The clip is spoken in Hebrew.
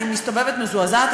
אני מסתובבת מזועזעת,